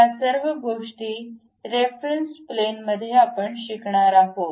या सर्व गोष्टी रेफरन्स प्लेन मध्ये आपण शिकणार आहोत